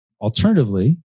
Alternatively